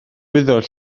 wyddor